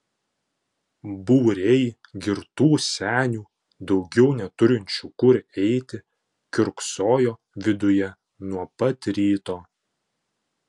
būriai girtų senių daugiau neturinčių kur eiti kiurksojo viduje nuo pat ryto